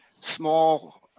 small